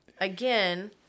again